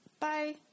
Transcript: Bye